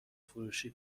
فروشی